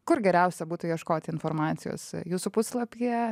kur geriausia būtų ieškoti informacijos jūsų puslapyje